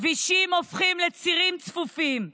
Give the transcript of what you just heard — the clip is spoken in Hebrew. כבישים הופכים לצירים צפופים ומאוימים,